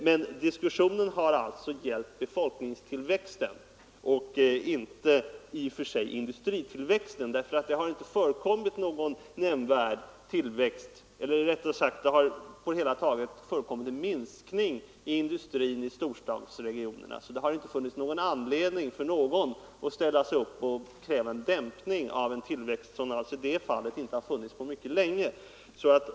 Men diskussionen har alltså gällt befolkningstillväxten och inte industritillväxten. Det har inte på mycket länge förekommit någon sådan tillväxt — det har på det hela taget förekommit en minskning av industrin i storstadsregionerna, så det har inte funnits någon anledning för någon att kräva en dämpning av industritillväxten.